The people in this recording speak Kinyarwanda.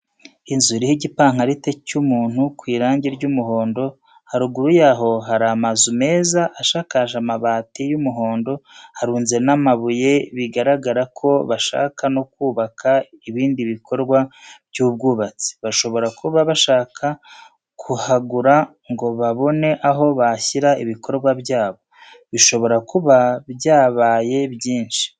Inzu iriho igi igipankarite cy'umuntukwirangi ry'umuhondo haruguru yaho haramazu meza ashakaje amabati y'umuhondo harunze n'amabuye bigaragara ko bashaka nokuhubaka ibindi bikorwa by'ubwubatsi. bashobora kuba bashaka kuhagura ngo babone aho bashyira ibikorwa byabo. bishobora kuba byabaye mbyinshi.